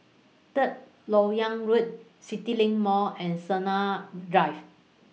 Third Lok Yang Road CityLink Mall and Sina Drive